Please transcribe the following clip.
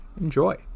enjoy